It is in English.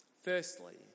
Firstly